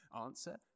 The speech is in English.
Answer